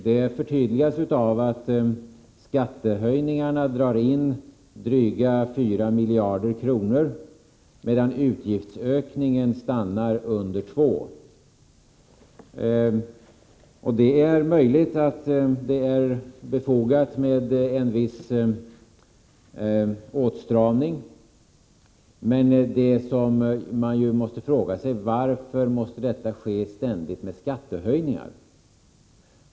Det förtydligas av att skattehöjningarna drar in dryga 4 miljarder kronor medan utgiftsökningen stannar på under 2 miljarder. Det är möjligt att det är befogat med en viss åtstramning, men man frågar sig varför denna ständigt måste ske genom skattehöjningar.